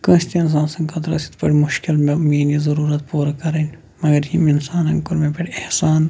کٲنٛسہِ تہِ اِنسان سِنٛد خٲطرٕ ٲسۍ یِتھ پٲٹھۍ مُشکِل مےٚ میٲنۍ یہِ ضرورت پوٗرٕ کرٕنۍ مگر ییٚمۍ اِنسانن کوٚر مےٚ پٮ۪ٹھ احسان